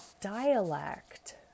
dialect